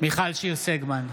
מיכל שיר סגמן,